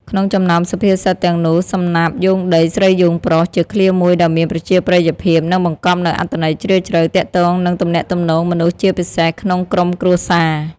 ក្នុងចំណោមសុភាសិតទាំងនោះ សំណាបយោងដី ស្រីយោងប្រុស ជាឃ្លាមួយដ៏មានប្រជាប្រិយភាព និងបង្កប់នូវអត្ថន័យជ្រាលជ្រៅទាក់ទងនឹងទំនាក់ទំនងមនុស្សជាពិសេសក្នុងក្រុមគ្រួសារ។